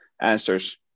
answers